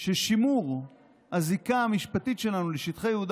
ששימור הזיקה המשפטית שלנו לשטחי יהודה